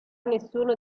nessuno